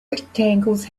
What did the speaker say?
rectangles